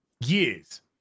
Years